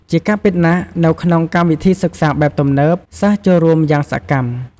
ជាការពិតណាស់ នៅក្នុងកម្មវិធីសិក្សាបែបទំនើប សិស្សចូលរួមយ៉ាងសកម្ម។